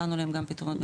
מצאנו להם גם פתרונות.